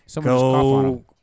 go